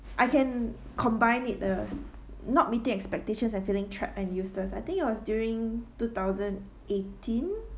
I can combine it with uh not meeting expectations I'm feeling trapped and useless I think it was during two thousand eighteen